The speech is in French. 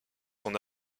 son